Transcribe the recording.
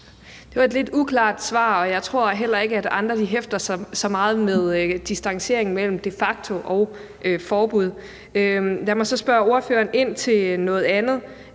Det var et lidt uklart svar, og jeg tror heller ikke, at andre hæfter sig så meget ved forskellen på et de facto-forbud og et egentligt forbud. Lad mig så spørge ordføreren ind til noget andet: